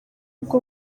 bwo